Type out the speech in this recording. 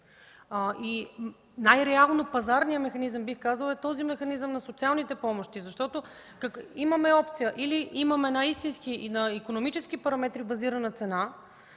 Най-реално пазарният механизъм, бих казала, е този механизъм на социалните помощи. Защото имаме опция – или имаме една истински, на икономически параметри, базирана цена,